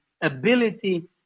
ability